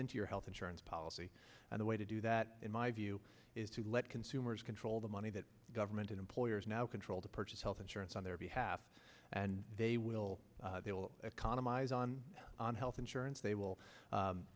into your health insurance policy and the way to do that in my view is to let consumers control the money that government employers now control to purchase health insurance on their behalf and they will they will economize on health insurance they will